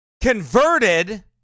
Converted